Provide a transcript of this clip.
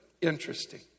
Interesting